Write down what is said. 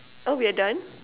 oh we're done